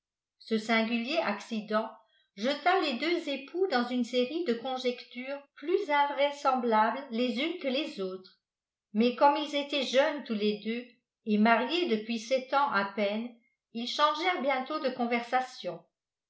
ce singulier accident jeta les deux époux dans une série de conjectures plus invraisemblables les unes que les autres mais comme ils étaient jeunes tous les deux et mariés depuis sept ans à peine ils changèrent bientôt de conversation